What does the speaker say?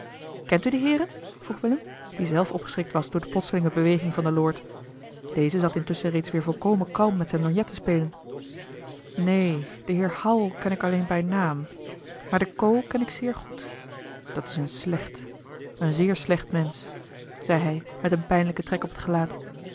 kent u die heeren vroeg willem die zelf opgeschrikt was door de plotselinge beweging van den lord deze zat intusschen reeds weer volkomen kalm met zijn lorgnet te spelen neen den heer howell ken ik alleen bij naam maar den co ken ik zeer goed dat is een slecht een zeer slecht mensch zei hij met een pijnlijken trek op het gelaat